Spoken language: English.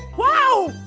wow,